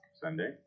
Sunday